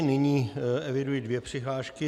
Nyní eviduji dvě přihlášky.